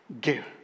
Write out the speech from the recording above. Give